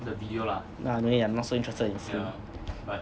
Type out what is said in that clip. no lah no need ah not so interested in seeing